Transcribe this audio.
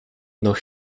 nog